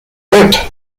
lit